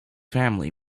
family